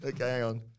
Okay